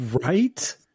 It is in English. Right